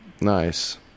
Nice